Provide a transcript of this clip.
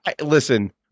listen